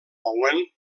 owen